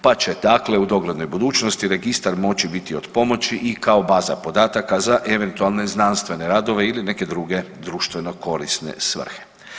Pa će dakle u doglednoj budućnosti registar moći biti od pomoći i kao baza podataka za eventualne znanstvene radove ili neke druge društveno korisne svrhe.